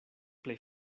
plej